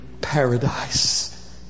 paradise